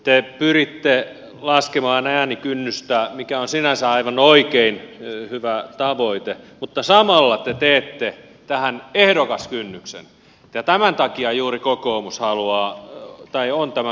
te pyritte laskemaan äänikynnystä mikä on sinänsä aivan oikein hyvä tavoite mutta samalla te teette tähän ehdokaskynnyksen ja juuri tämän takia kokoomus on tämän kannalla